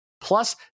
Plus